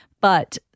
But-